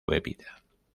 bebida